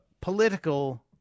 political